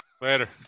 Later